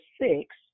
six